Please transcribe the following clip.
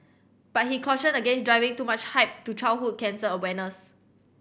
but he cautioned against driving too much hype to childhood cancer awareness